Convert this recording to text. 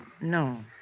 No